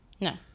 No